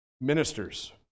ministers